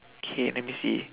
okay let me see